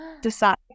decide